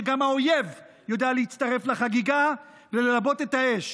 שגם האויב יודע להצטרף לחגיגה וללבות את האש.